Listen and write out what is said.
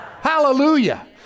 hallelujah